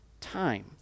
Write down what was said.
Time